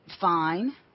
fine